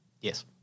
Yes